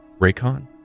Raycon